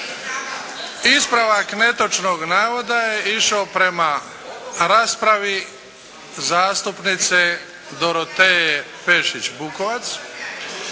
Ispravak netočnog navoda je išao prema raspravi zastupnice Dorotee Pešić-Bukovac